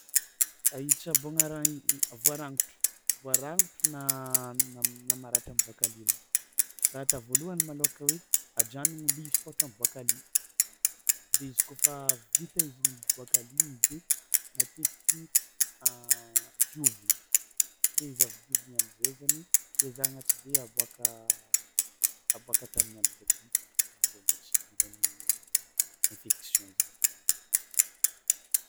A itsaboàgna raha i n- voarangotro vorangotro na na na maratra miboàka lia regny, raha ata voalohany malôhaka hoe ajanogno lia izy koa ohatra miboàka lia de izy kaofa vita izy miboàka lia igny de matetiky diovigny de izy avy diovigny am'izay zany ezahagna tsy de aboàka aboàka atanign'andro ndraiky rivotro am'zay mbô tsy idiran'ny infection zany le raha.